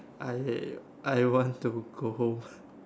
I I want to go home